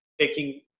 taking